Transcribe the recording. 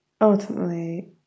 ultimately